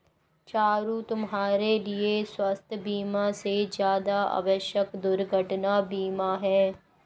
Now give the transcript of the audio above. चारु, तुम्हारे लिए स्वास्थ बीमा से ज्यादा आवश्यक दुर्घटना बीमा है